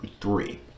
three